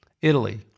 Italy